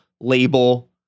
label